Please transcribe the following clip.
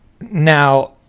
Now